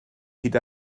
hyd